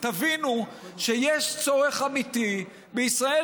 תבינו שיש צורך אמיתי בישראל,